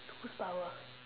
who's power